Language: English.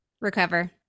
recover